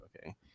okay